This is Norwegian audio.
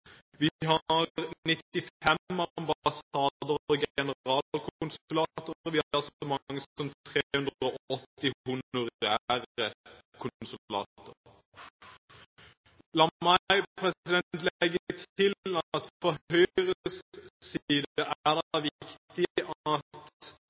Vi har 95 ambassader og generalkonsulater, og vi har så mange som 380 honorære konsulater. La meg legge til fra Høyres side at det er viktig at